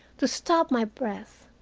to stop my breath,